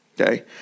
Okay